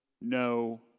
no